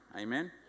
amen